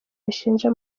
bishinja